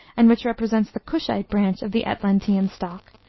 and which represents the cushite branch of the atlantean stock,